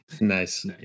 nice